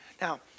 Now